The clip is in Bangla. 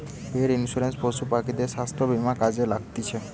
পেট ইন্সুরেন্স পশু পাখিদের স্বাস্থ্য বীমা কাজে লাগতিছে